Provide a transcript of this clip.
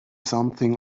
something